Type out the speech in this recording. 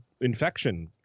infection